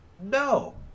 no